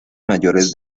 mayores